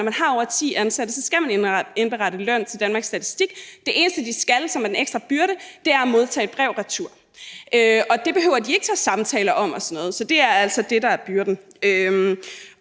Når man har over ti ansatte, skal man indberette løn til Danmarks Statistik. Det eneste, de skal som en ekstra byrde, er at modtage et brev retur, og det behøver de ikke at tage samtaler og sådan noget om. Så det er altså det, der er byrden.